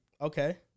Okay